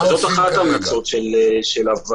זו אחת ההמלצות של הוועדה.